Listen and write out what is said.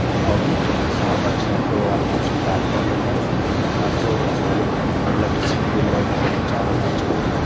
కొండలు కొంచెం ఉత్సాహపరిచినట్టు వాళ్లకు కొంచెం బ్యాక్ బోన్ ఉన్నట్టు ఉంటుంది ఎలక్ట్రిసిటీ బిల్ లేకపోవడం చాలా మంచిది